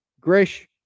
Grish